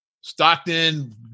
Stockton